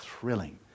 thrilling